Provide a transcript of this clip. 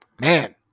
man